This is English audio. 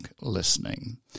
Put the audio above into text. listening